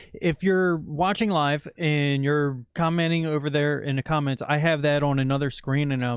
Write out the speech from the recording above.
if you're watching live and you're commenting over there in the comments, i have that on another screen. and, um